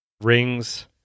rings